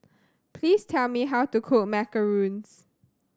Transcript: please tell me how to cook Macarons